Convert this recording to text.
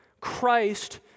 Christ